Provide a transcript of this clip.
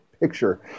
picture